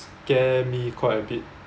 scare me quite a bit